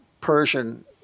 Persian